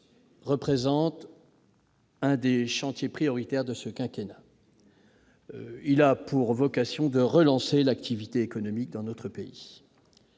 représente l'un des chantiers prioritaires de ce quinquennat. Il a pour vocation de relancer l'activité économique dans notre pays.